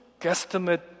guesstimate